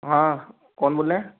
हाँ कौन बाेल रहा है